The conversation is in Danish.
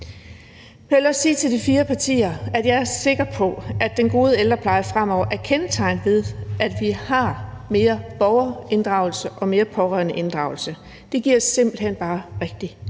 Jeg vil også sige til de fire partier, at jeg er sikker på, at den gode ældrepleje fremover er kendetegnet ved, at vi har mere borgerinddragelse og mere pårørendeinddragelse. Det giver simpelt hen bare rigtig god